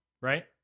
right